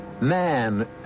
Man